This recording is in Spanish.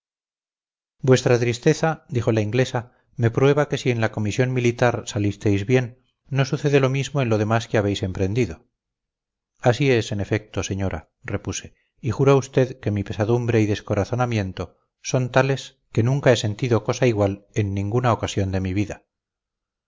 vuestra tristeza dijo la inglesa me prueba que si en la comisión militar salisteis bien no sucede lo mismo en lo demás que habéis emprendido así es en efecto señora repuse y juro a usted que mi pesadumbre y descorazonamiento son tales que nunca he sentido cosa igual en ninguna ocasión de mi vida